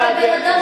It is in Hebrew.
מה הוא היה?